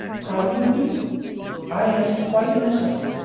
how do you mean i asked quite innocently,